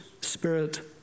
Spirit